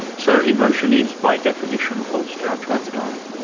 so emotion is by definition, false judgment? that's right.